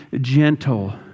gentle